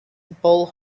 bull